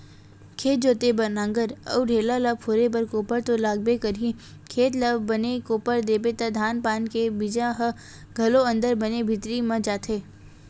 खेत जोते बर नांगर अउ ढ़ेला ल फोरे बर कोपर तो लागबे करही, खेत ल बने कोपर देबे त धान पान के बीजा ह घलोक बने भीतरी म जाथे